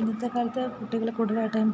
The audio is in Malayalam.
ഇന്നത്തെക്കാലത്ത് കുട്ടികൾ കൂടുതലായിട്ടും